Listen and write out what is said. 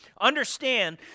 Understand